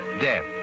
death